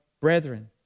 brethren